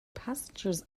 passengers